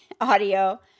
audio